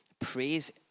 Praise